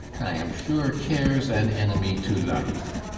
i am sure care's an enemy to life.